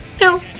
No